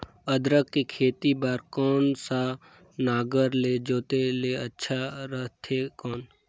अदरक के खेती बार कोन सा नागर ले जोते ले अच्छा रथे कौन?